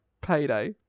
Payday